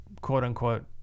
quote-unquote